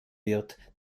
wird